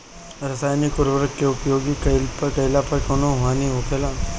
रसायनिक उर्वरक के उपयोग कइला पर कउन हानि होखेला?